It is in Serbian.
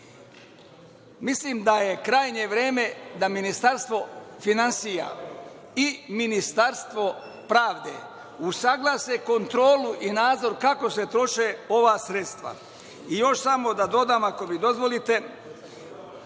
Mislim, da je krajnje vreme da Ministarstvo finansija i Ministarstvo pravde usaglase kontrolu i nadzor kako se troše ova sredstva. Još samo da dodam, ako mi dozvolite,